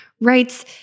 writes